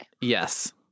Yes